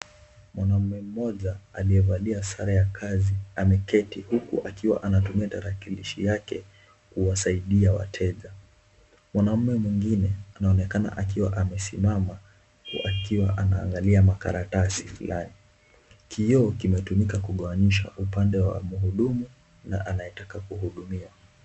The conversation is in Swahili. Mwanamme mmoja aliyevalia sare za kazi, ameketi huku akiwa anatumia tarakilishi yake kuwasaidia wateja. Mwanaume mwingine anaonekana akiwa anasimama, huku akiwa anaangalia makaratasi. Kioo kinatumika kugawanyisha upande wa mhudumu na anyetaka kuhudumia.